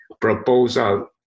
proposal